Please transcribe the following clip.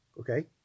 okay